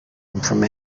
from